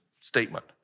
statement